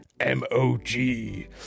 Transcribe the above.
m-o-g